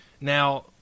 Now